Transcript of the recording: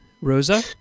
Rosa